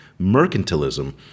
mercantilism